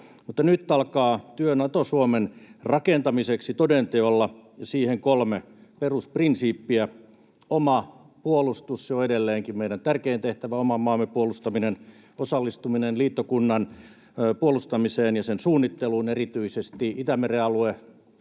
Mutta nyt alkaa työ Nato-Suomen rakentamiseksi toden teolla, ja siihen kolme perusprinsiippiä: Oma puolustus: se on edelleenkin meidän tärkein tehtävä, oman maamme puolustaminen. Osallistuminen liittokunnan puolustamiseen ja sen suunnitteluun: erityisesti Itämeren alue,